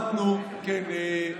כן,